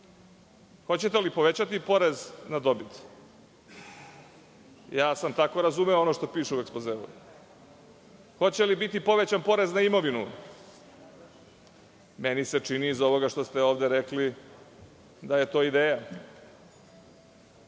li povećati porez na dobit? Ja sam tako razumeo ono što piše u ekspozeu. Hoće li biti povećan porez na imovinu? Meni se čini iz ovoga što ste ovde rekli da je to ideja.